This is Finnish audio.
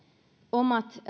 omat